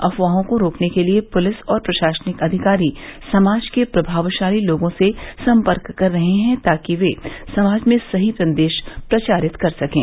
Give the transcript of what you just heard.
अफवाहों को रोकने के लिए पुलिस और प्रशासनिक अधिकारी समाज के प्रभावशाली लोगों से संपर्क कर रहे हैं ताकि वे समाज में सही संदेश प्रचारित कर सकें